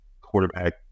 quarterback